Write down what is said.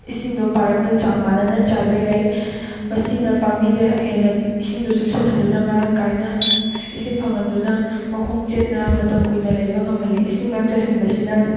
ꯏꯁꯤꯡꯗꯣ ꯄꯥꯔꯞꯅ ꯆꯥꯡ ꯃꯥꯅꯅ ꯆꯥꯏꯕ ꯌꯥꯏ ꯃꯁꯤꯅ ꯄꯥꯝꯕꯤꯗ ꯍꯦꯟꯅ ꯏꯁꯤꯡꯗꯨ ꯆꯨꯞꯁꯟꯍꯟꯗꯨꯅ ꯃꯔꯥꯡ ꯀꯥꯏꯅ ꯏꯁꯤꯡ ꯐꯪꯍꯟꯗꯨꯅ ꯃꯈꯣꯡ ꯆꯦꯠꯅ ꯃꯇꯝ ꯀꯨꯏꯅ ꯂꯩꯕ ꯉꯝꯍꯜꯂꯤ ꯏꯁꯤꯡ ꯃꯌꯥꯝ ꯆꯥꯏꯁꯟꯕꯁꯤꯅ